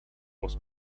was